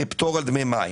פטור על דמי מים?